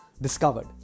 discovered